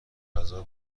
غذا